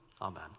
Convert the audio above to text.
amen